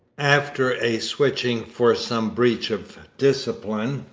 after a switching for some breach of discipline,